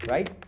Right